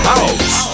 House